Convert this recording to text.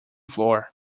floor